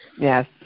Yes